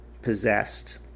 possessed